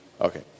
Okay